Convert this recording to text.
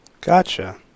Gotcha